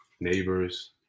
neighbors